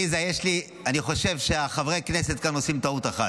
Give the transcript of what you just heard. עליזה, אני חושב שחברי הכנסת כאן עושים טעות אחת.